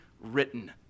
written